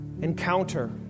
encounter